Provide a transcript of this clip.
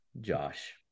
Josh